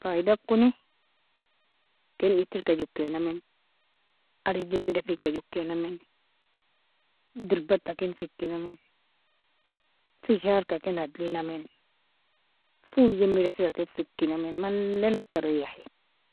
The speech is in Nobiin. - faidakoni ken iter jokinamin, arej jemedafika jokinamin, derbata ken fikanmen, fisharka ken adlinamin, fool jemedafi, ken fikanmen malil ika rayhi.